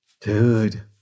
Dude